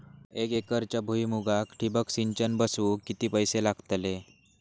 एक एकरच्या भुईमुगाक ठिबक सिंचन बसवूक किती पैशे लागतले?